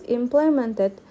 implemented